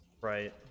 Right